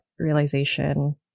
realization